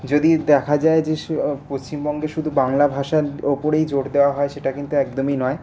যদি দেখা যায় যে পশ্চিমবঙ্গে শুধু বাংলা ভাষার ওপরেই জোর দেওয়া হয় সেটা কিন্তু একদমই নয়